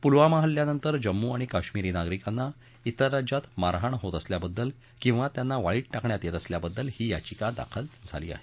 पुलवामा हल्ल्यानंतर जम्मू आणि कश्मीरी नागरिकांना त्वेर राज्यात मारहाण होत असल्याबद्दल किंवा त्यांना वाळीत टाकण्यात येत असल्याबद्दल ही याचिका दाखल झाली आहे